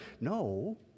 no